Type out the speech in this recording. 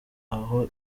aho